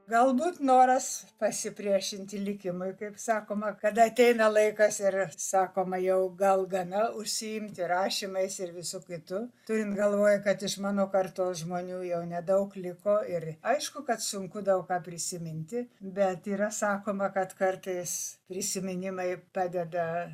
galbūt noras pasipriešinti likimui kaip sakoma kada ateina laikas ir sakoma jau gal gana užsiimti rašymais ir visu kitu turint galvoje kad iš mano kartos žmonių jau nedaug liko ir aišku kad sunku daug ką prisiminti bet yra sakoma kad kartais prisiminimai padeda